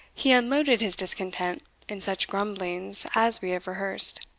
he unloaded his discontent in such grumblings as we have rehearsed,